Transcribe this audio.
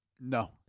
no